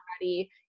ready